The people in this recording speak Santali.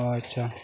ᱟᱪᱪᱷᱟ